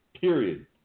period